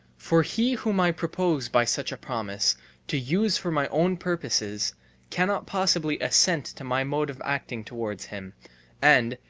for he whom i propose by such a promise to use for my own purposes cannot possibly assent to my mode of acting towards him and,